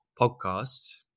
podcasts